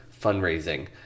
fundraising